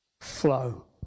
flow